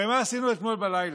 הרי מה עשינו אתמול בלילה?